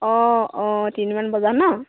অঁ অঁ তিনিটামান বজাত ন